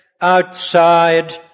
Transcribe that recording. outside